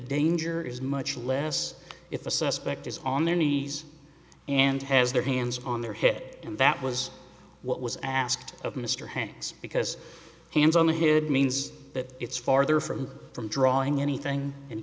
danger is much less if a suspect is on their knees and has their hands on their head and that was what was asked of mr hanks because hands on the head means that it's farther from from drawing anything